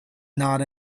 not